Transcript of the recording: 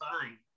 fine